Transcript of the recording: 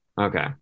okay